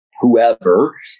whoever